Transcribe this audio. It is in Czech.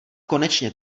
konečně